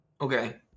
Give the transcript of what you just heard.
Okay